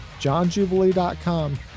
johnjubilee.com